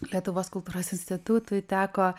lietuvos kultūros institutui teko